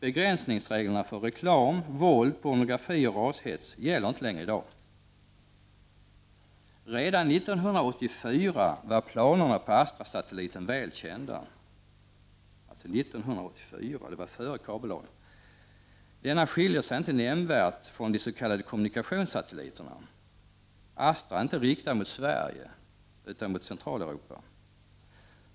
Begränsningsreglerna för reklam, våld, pornografi och rashets gäller inte längre i dag. Redan 1984 var planerna på Astrasatelliten väl kända. Det var alltså före kabellagens tillkomst. Den satelliten skiljer sig inte nämnvärt från de s.k. kommunikationssatelliterna. Astra är inte riktad mot Sverige utan mot Centraleuropa.